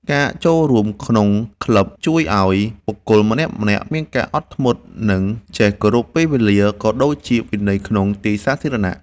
ការចូលរួមក្នុងក្លឹប ជួយឱ្យបុគ្គលម្នាក់ៗមានការអត់ធ្មត់ និងចេះគោរពពេលវេលា ក៏ដូចជាវិន័យក្នុងទីសាធារណៈ។